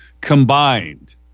combined